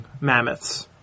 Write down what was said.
mammoths